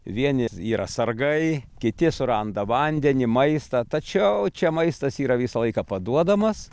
vieni yra sargai kiti suranda vandenį maistą tačiau čia maistas yra visą laiką paduodamas